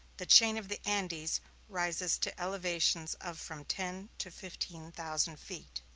the chain of the andes rises to elevations of from ten to fifteen thousand feet.